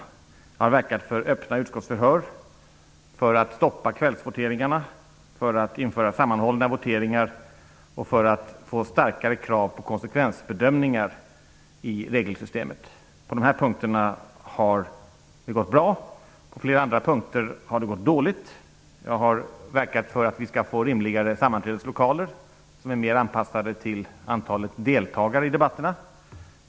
Jag har verkat för öppna utskottsförhör, för att stoppa kvällsvoteringarna, för att införa sammanhållna voteringar och för att få starkare krav på konsekvensbedömningar i regelsystemet. På dessa punkter har det gått bra. På flera andra punkter har det gått dåligt. Jag har verkat för att vi skall få rimligare sammanträdeslokaler som är mer anpassade till antalet deltagare i debatterna.